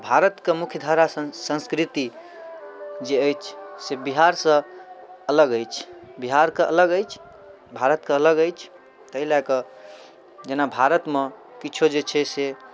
तऽ भारतके मुख्य धारा सँस्कृति जे अछि से बिहारसँ अलग अछि बिहारके अलग अछि भारतके अलग अछि ताहि लए कऽ जेना भारतमे किछो जे छै से